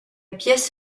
pièce